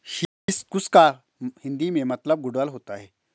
hibiscus का हिंदी में मतलब गुड़हल होता है